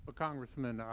ah congressman,